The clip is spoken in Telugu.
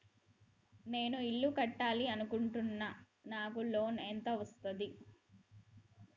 నేను ఇల్లు కట్టాలి అనుకుంటున్నా? నాకు లోన్ ఎంత వస్తది?